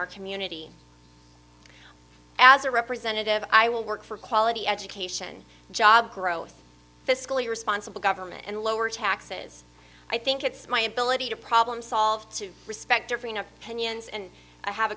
our community as a representative i will work for quality education job growth fiscally responsible government and lower taxes i think it's my ability to problem solve to respectively not kenyans and i have